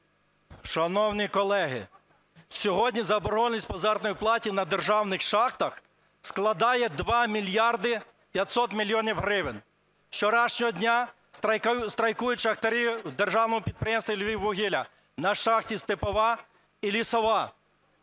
Шановні колеги, сьогодні заборгованість по заробітній платі на державних шахтах складає 2 мільярди 500 мільйонів гривень. З вчорашнього дня страйкують шахтарі державного підприємства "Львіввугілля" на шахті "Степова" і "Лісова".